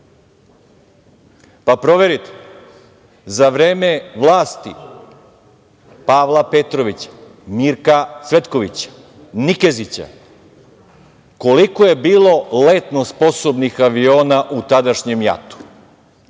pa proverite. Za vreme vlasti Pavla Petrovića, Mirka Cvetkovića, Nikezića, koliko je bilo letno sposobnih aviona u tadašnjem JAT-u.